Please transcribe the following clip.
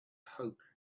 hope